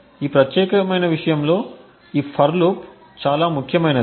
ఈ ప్రత్యేకమైన విషయంలో ఈ ఫర్ లూప్ చాలా ముఖ్యమైనది